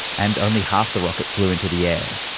and only half the rocket flew into the air.